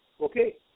okay